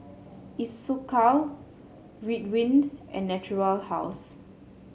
Isocal Ridwind and Natura House